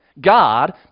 God